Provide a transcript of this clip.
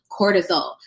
cortisol